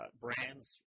brands